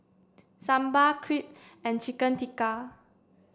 Sambar Crepe and Chicken Tikka